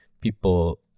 people